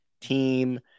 team